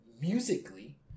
musically